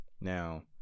Now